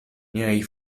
niaj